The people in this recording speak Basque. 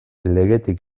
legetik